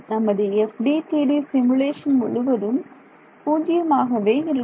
நமது FDTD simulation முழுவதும் பூஜ்ஜியம் ஆகவே இருக்கும்